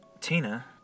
Tina